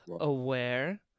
aware